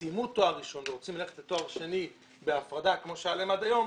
סיימו תואר ראשון ורוצים ללכת לתואר שני בהפרדה כמו שהיה להם עד היום,